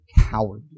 cowardly